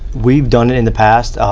we've done it in the past.